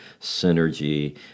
synergy